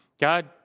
God